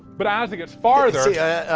but as it gets farther, oh